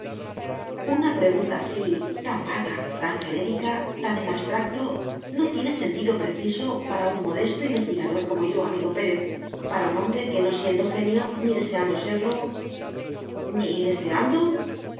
una pregunta así tan vaga tan genérica tan en abstracto no tiene sentido preciso para un modesto investigador como yo amigo pérez para un hombre que no siendo genio ni deseando serlo ni deseando